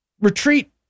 retreat